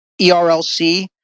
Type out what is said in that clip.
ERLC